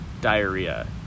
diarrhea